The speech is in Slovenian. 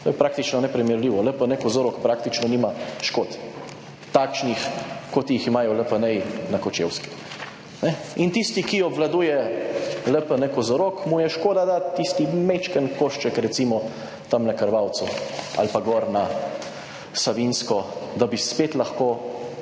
to je praktično neprimerljivo. LPN kozorog praktično nima škod, takšnih, kot jih imajo LPN-ji na Kočevskem, ne, in tisti, ki obvladuje LPN Kozorog, mu je škoda dat tisti majčken košček recimo, tam na Krvavcu, ali pa gor na Savinjsko, da bi spet lahko